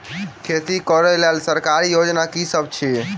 खेती करै लेल सरकारी योजना की सब अछि?